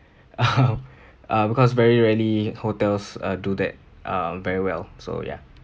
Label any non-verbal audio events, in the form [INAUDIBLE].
[LAUGHS] uh because very rarely hotels uh do that uh very well so ya